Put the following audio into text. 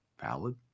valid